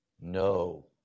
No